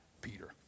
Peter